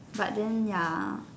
but then ya